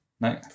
No